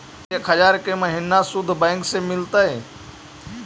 एक हजार के महिना शुद्ध बैंक से मिल तय?